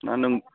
ना नों